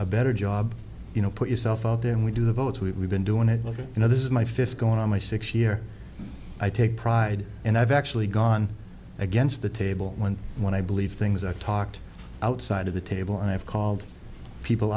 a better job you know put yourself out there and we do the votes we've been doing it well you know this is my fifth going on my six year i take pride and i've actually gone against the table when when i believe things i talked outside of the table i've called people